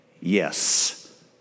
yes